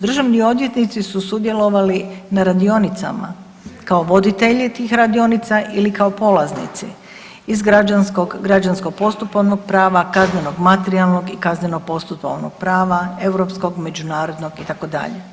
Državni odvjetnici su sudjelovali na radionicama kao voditelji tih radionica ili kao polaznici iz građanskog, građansko postupovnog prava, kaznenog, materijalnog i kazneno postupovnog prava, europskog, međunarodnog itd.